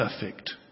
perfect